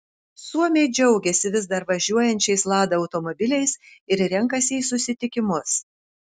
suomiai džiaugiasi vis dar važiuojančiais lada automobiliais ir renkasi į susitikimus